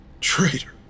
Traitor